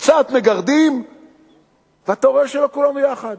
קצת מגרדים ואתה רואה שלא כולנו ביחד.